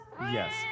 Yes